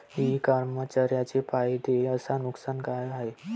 इ कामर्सचे फायदे अस नुकसान का हाये